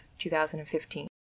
2015